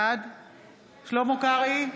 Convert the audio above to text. בעד שלמה קרעי,